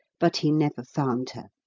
but he never found her,